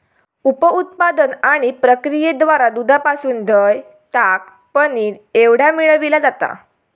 उप उत्पादन आणि प्रक्रियेद्वारा दुधापासून दह्य, ताक, पनीर एवढा मिळविला जाता